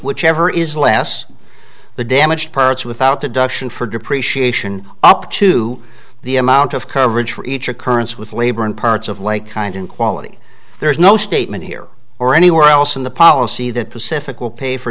whichever is less the damaged parts without the duction for depreciation up to the amount of coverage for each occurrence with labor in parts of lake kind in quality there is no statement here or anywhere else in the policy that pacific will pay for